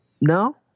no